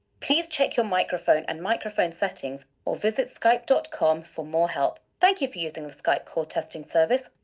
please check your microphone and microphone settings or visit skype dot com for more help. thank you for using the skype call testing service.